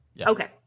Okay